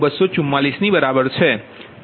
0244 ની બરાબર છે